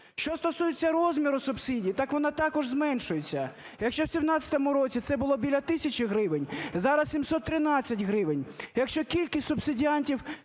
Що стосується розміру субсидій, так вона також зменшується. Якщо в 2017 році це було біля тисячі гривень, зараз - 713 гривень. Якщо кількість субсидіантів